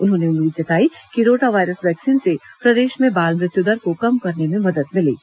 उन्होंने उम्मीद जताई कि रोटा वायरस वैक्सीन से प्रदेश में बाल मृत्यु दर को कम करने में मदद मिलेगी